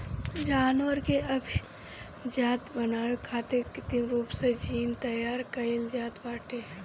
जानवर के अभिजाति बनावे खातिर कृत्रिम रूप से जीन तैयार कईल जात बाटे